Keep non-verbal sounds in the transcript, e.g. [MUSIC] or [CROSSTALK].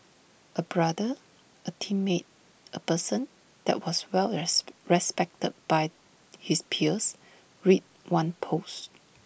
A brother A teammate A person that was well [UNINTELLIGIBLE] respected by his peers read one post